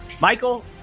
Michael